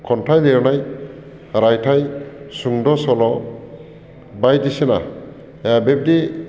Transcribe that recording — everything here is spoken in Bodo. खन्थाइ लिरनाय रायथाय सुंद' सल' बायदिसिना बिब्दि